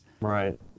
Right